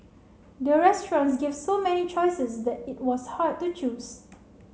the restaurants gave so many choices that it was hard to choose